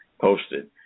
posted